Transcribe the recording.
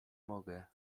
mogę